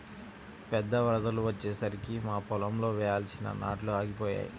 పెద్ద వరదలు వచ్చేసరికి మా పొలంలో వేయాల్సిన నాట్లు ఆగిపోయాయి